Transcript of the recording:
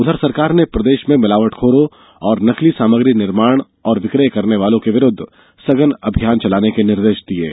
उधर सरकार ने प्रदेश में मिलावटखोरों और नकली सामग्री निर्माण एवं विक्रय करने वालों के विरूद्व सघन अभियान चलाने के निर्देश दिये हैं